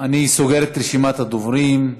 אני סוגר את רשימת הדוברים.